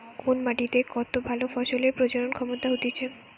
কোন মাটিতে কত ভালো ফসলের প্রজনন ক্ষমতা হতিছে